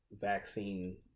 vaccine